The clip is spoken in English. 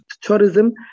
tourism